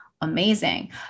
amazing